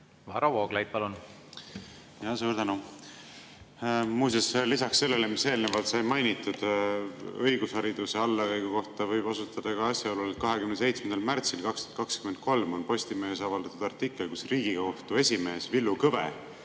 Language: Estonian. Varro Vooglaid, palun! Suur tänu! Muuseas, lisaks sellele, mis eelnevalt sai mainitud õigushariduse allakäigu kohta, võib osutada asjaolule, et 27. märtsil 2023 on Postimehes avaldatud artikkel, kus Riigikohtu esimees Villu Kõve